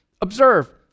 Observe